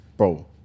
Bro